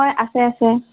হয় আছে আছে